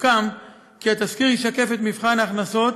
סוכם כי התזכיר ישקף את מבחן ההכנסות